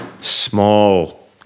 small